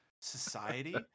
society